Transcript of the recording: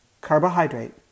Carbohydrate